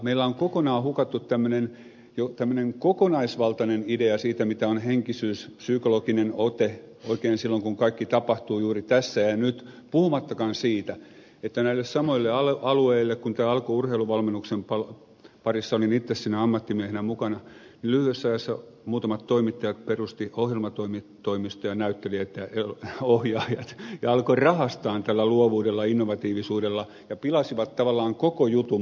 meillä on kokonaan hukattu jo tämmöinen kokonaisvaltainen idea siitä mitä on henkisyys psykologinen ote oikein silloin kun kaikki tapahtuu juuri tässä ja nyt puhumattakaan siitä että näille samoille alueille kun tämä alkoi urheiluvalmennuksen parissa olin itse siinä ammattimiehenä mukana niin lyhyessä ajassa muutamat toimittajat ja näyttelijät ja ohjaajat perustivat ohjelmatoimiston ja alkoivat rahastaa tällä luovuudella innovatiivisuudella ja pilasivat tavallaan koko jutun maineen